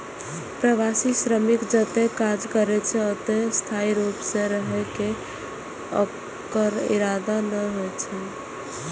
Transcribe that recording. प्रवासी श्रमिक जतय काज करै छै, ओतय स्थायी रूप सं रहै के ओकर इरादा नै होइ छै